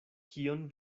kion